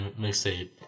mixtape